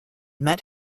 met